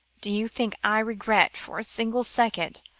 do you think i regret for a single second,